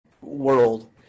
world